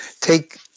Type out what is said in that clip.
take